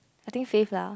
I think safe lah